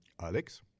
Alex